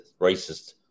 racist